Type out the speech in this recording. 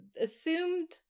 assumed